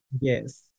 Yes